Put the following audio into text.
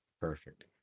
Perfect